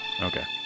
Okay